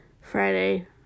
Friday